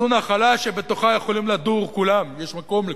זו נחלה שבתוכה יכולים לדור כולם, יש מקום לכולם,